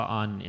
on